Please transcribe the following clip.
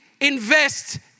invest